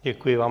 Děkuji vám.